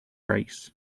race